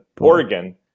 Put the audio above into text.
Oregon